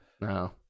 No